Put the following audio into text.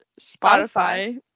Spotify